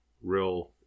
real